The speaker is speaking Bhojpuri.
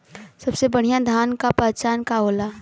सबसे बढ़ियां धान का पहचान का होला?